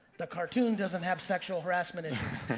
the cartoon doesn't have sexual harassment issues.